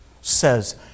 says